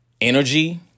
energy